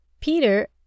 Peter